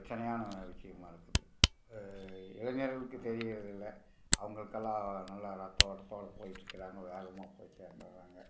பிரச்சனையான விஷயமாக இருக்குது இளைஞர்களுக்கு தெரிகிறது இல்லை அவர்களுக்கெல்லாம் நல்லா ரத்த ஓட்டத்தோட போயிட்டு இருக்கிறாங்க வேகமாக போயி சேர்ந்துட்றாங்க